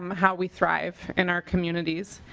um how we thrive. in our communities.